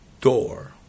Door